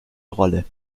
rolle